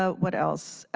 ah what else?